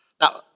Now